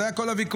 זה כל הוויכוח.